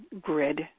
grid